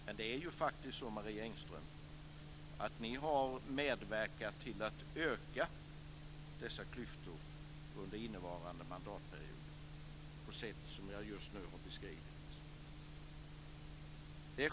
Men det är faktiskt så, Marie Engström, att ni har medverkat till att under innevarande mandatperiod öka dessa klyftor på ett sätt som jag just nu har beskrivit.